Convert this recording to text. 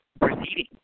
proceeding